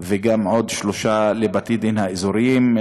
ועוד שלושה לבתי-הדין האזוריים,